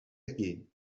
aquí